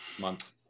month